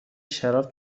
شراب